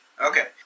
Okay